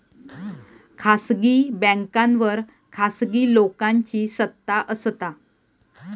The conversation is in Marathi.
खासगी बॅन्कांवर खासगी लोकांची सत्ता असता